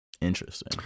Interesting